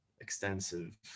extensive